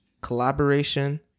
collaboration